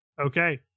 Okay